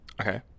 Okay